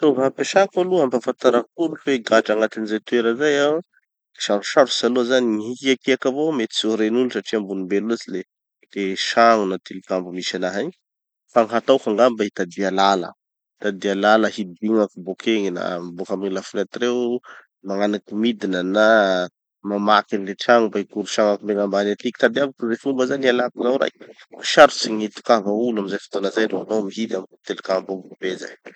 Gny fitova hampisako aloha hampafantarako olo hoe gadra agnatin'ny ze toera zay aho. Sarosarotsy aloha zany gny hikiakiaky avao mety tsy ho ren'olo satria ambony be loatsy le trano na tilikambo misy anaha igny. Fa gny hataoko angamba hitadia lala. Hitadia lala hidignako bokegny na boka amy gny lafenetra, magnaniky midina na mamaky any le trano mba higorisagnako megna ambany atiky. Tadiaviko ze fomba zany hialako zaho raiky. Sarotsy gny hitokava olo amy ze fotoana zay no hanao mihidy ambony tilikambo ambony be zay.